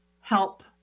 Help